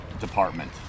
department